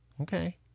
Okay